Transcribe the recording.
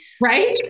Right